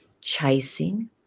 chasing